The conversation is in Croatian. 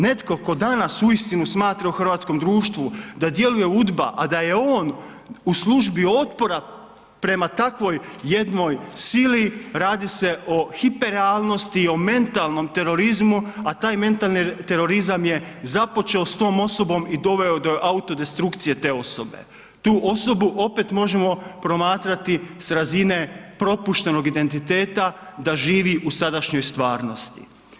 Netko tko danas uistinu smatra u hrvatskom društvu da djeluje udba, a da je on u službi otpora prema takvoj jednoj sili, radi se o hiper realnosti, o mentalnom terorizmu, a taj mentalni terorizam je započeo s tom osobom i doveo je do auto destrukcije te osobe, tu osobu opet možemo promatrati s razine propuštenog identiteta da živi u sadašnjoj stvarnosti.